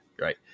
right